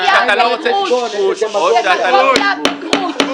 אתה לא רוצה --- זו דמגוגיה בגרוש.